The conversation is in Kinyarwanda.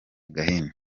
gahini